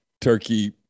Turkey